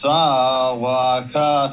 Sawaka